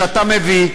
שאתה מביא,